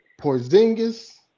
Porzingis